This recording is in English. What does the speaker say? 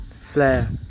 flare